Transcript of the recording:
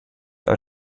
are